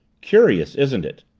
curious, isn't it?